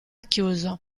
chiuso